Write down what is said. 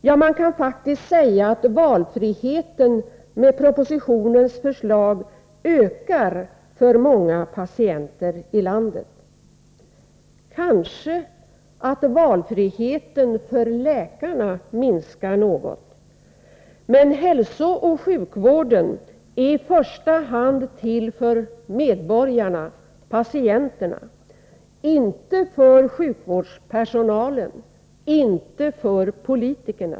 Ja, man kan faktiskt säga att valfriheten med propositionens förslag ökar för många patienter i landet. Kanske valfriheten för läkarna minskar något, men hälsooch sjukvården är i första hand till för medborgarna-patienterna — inte för sjukvårdspersonalen, inte för politikerna.